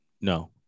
no